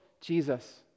Jesus